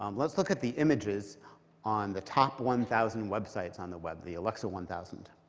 um let's look at the images on the top one thousand websites on the web, the alexa one thousand.